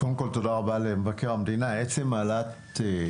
קודם כל, תודה למבקר המדינה על עצם העלאת הדו"ח.